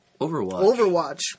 Overwatch